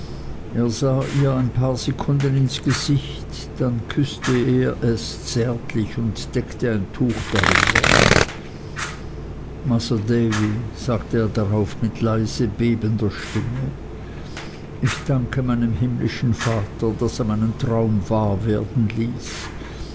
ihr ein paar sekunden ins gesicht dann küßte er es zärtlich und deckte ein tuch darüber masr davy sagte er darauf mit leiser bebender stimme ich danke meinem himmlischen vater daß er meinen traum wahr werden ließ